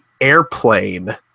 airplane